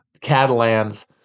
Catalans